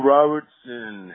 Robertson